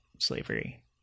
slavery